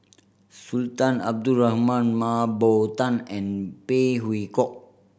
Sultan Abdul Rahman Mah Bow Tan and Phey Yew Kok